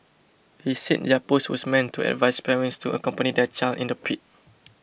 he said their post was meant to advise parents to accompany their child in the pit